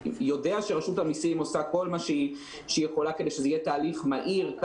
אני יודע שרשות המסים עושה כל מה שהיא יכולה כדי שזה יהיה תהליך מהיר,